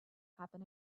happen